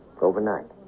overnight